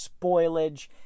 spoilage